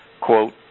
Quote